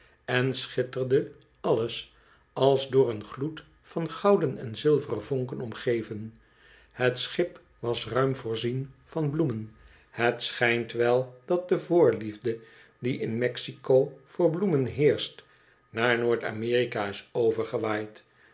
en schitterde alles als door een gloed van gouden en zilveren vonken omgeven het schip was ruim voorzien van bloemen het schijnt wel dat de voorliefde die in mexico voor bloemen heerscht naar noord amerikais overgewaaid